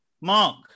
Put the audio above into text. Mark